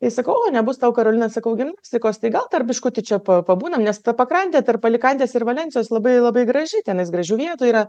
ir sakau o nebus tau karolina sakau gimnastikos tai gal dar biškutį čia pabūnam nes ta pakrantė tarp alikantės ir valensijos labai labai graži tenais gražių vietų yra